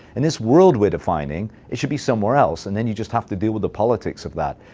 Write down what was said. in this world we're defining, it should be somewhere else. and then you just have to deal with the politics of that.